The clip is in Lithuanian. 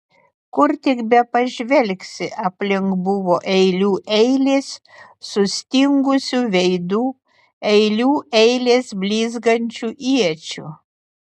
kur tik bepažvelgsi aplink buvo eilių eilės sustingusių veidų eilių eilės blizgančių iečių